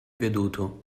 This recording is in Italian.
veduto